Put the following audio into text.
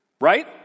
right